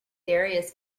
darius